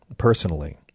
personally